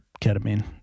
ketamine